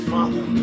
Father